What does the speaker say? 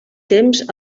temps